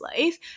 life